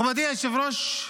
אין שר במליאה.